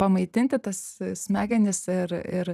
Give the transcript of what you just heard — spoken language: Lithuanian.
pamaitinti tas smegenis ir ir